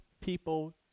people